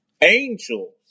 Angels